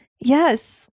Yes